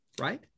right